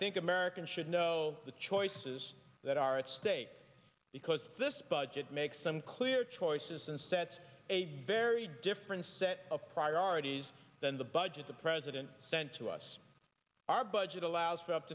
think americans should know the choices that are at stake because this budget makes them clear choices and sets a very different set of priorities than the budget the president sent to us our budget allows for up